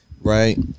Right